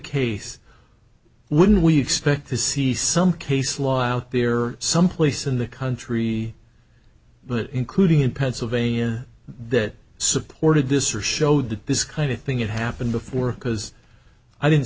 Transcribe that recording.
case wouldn't we expect to see some case law out there someplace in the country but including in pennsylvania that supported this or showed that this kind of thing it happened before because i didn't